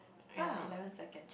ya eleven seconds